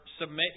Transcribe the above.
submit